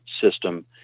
system